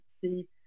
see